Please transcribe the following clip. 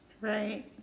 Right